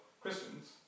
Christians